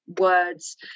words